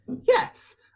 yes